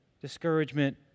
discouragement